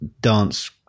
dance